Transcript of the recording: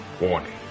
Warning